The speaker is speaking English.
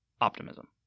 Optimism